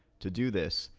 to do this,